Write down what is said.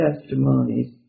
testimonies